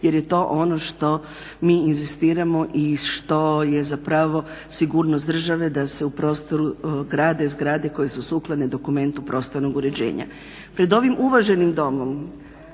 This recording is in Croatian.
jer je to ono što mi inzistiramo i što je zapravo sigurnost države da se u prostoru grade zgrade koje su sukladne dokumentu prostornog uređenja. Pred ovim uvaženim domom